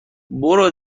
برو